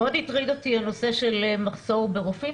מאוד הטריד אותי הנושא של מחסור ברופאים.